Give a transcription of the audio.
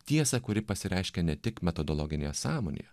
tiesą kuri pasireiškia ne tik metodologinėje sąmonėje